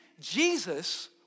Jesus